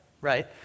right